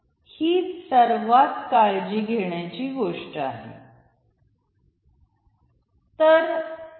हीच सर्वात जास्त काळजी घेण्याची गोष्ट आहे